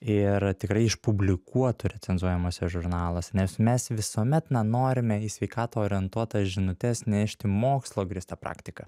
ir tikrai išpublikuotų recenzuojamuose žurnaluose nes mes visuomet na norime į sveikatą orientuotas žinutes nešti mokslo grįsta praktika